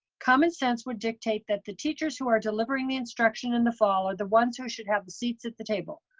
common sense would dictate that the teachers who are delivering the instruction in the fall are the ones who should have the seats at the table.